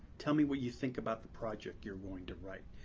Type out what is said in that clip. tell me what you think about the project you're going to write.